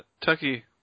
Tucky